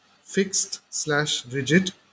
fixed-slash-rigid